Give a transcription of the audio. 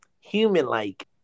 human-like